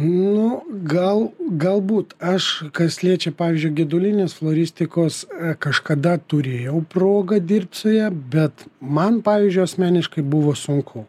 nu gal galbūt aš kas liečia pavyzdžiui gedulinės floristikos kažkada turėjau progą dirbt su ja bet man pavyzdžiui asmeniškai buvo sunku